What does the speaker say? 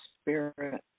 Spirit